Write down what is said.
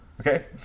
okay